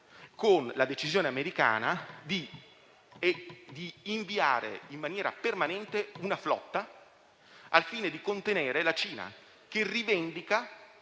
con la decisione americana di inviare in maniera permanente una flotta, al fine di contenere la Cina, che rivendica